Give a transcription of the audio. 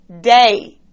day